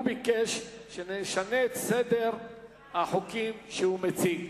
הוא ביקש שנשנה את סדר החוקים שהוא מציג.